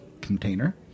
container